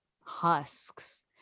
husks